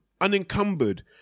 unencumbered